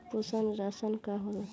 पोषण राशन का होला?